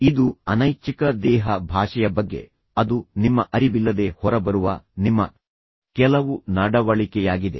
ಇದು ಅನೈಚ್ಛಿಕ ದೇಹ ಭಾಷೆಯ ಬಗ್ಗೆ ಅದು ನಿಮ್ಮ ಅರಿವಿಲ್ಲದೆ ಹೊರಬರುವ ನಿಮ್ಮ ಕೆಲವು ನಡವಳಿಕೆಯಾಗಿದೆ